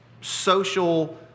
social